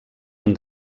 han